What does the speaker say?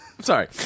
sorry